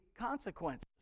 consequences